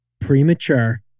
Premature